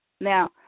Now